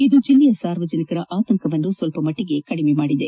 ಇದು ಜಿಲ್ಲೆಯ ಸಾರ್ವಜನಿಕರ ಆತಂಕವನ್ನು ಸ್ವಲ್ಪ ಕಡಿಮೆ ಮಾಡಿದೆ